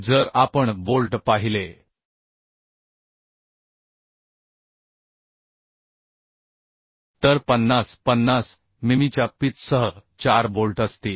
जर आपण बोल्ट पाहिले तर 50 50 मिमीच्या पिच सह 4 बोल्ट असतील